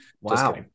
Wow